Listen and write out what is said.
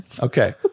okay